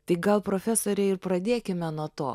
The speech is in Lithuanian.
tai gal profesore ir pradėkime nuo to